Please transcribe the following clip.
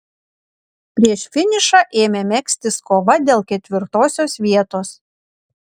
prieš finišą ėmė megztis kova dėl ketvirtosios vietos